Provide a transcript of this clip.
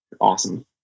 awesome